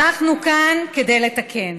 אנחנו כאן כדי לתקן.